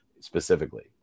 specifically